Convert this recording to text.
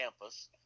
campus